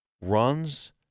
runs